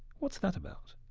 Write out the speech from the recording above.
what's that about?